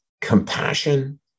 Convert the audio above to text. compassion